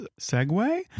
segue